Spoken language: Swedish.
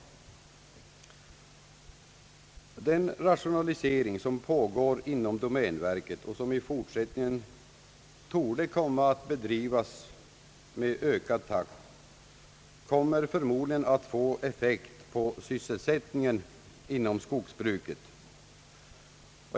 Den rationalisering som pågår inom domänverket och som i fortsättningen torde komma att bedrivas i ökad takt, kommer förmodligen att få effekt på sysselsättningen inom skogsbruket.